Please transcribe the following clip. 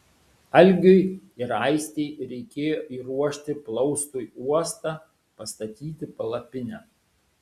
algiui ir aistei reikėjo įruošti plaustui uostą pastatyti palapinę